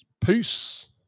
Peace